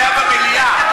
הוא היה במליאה.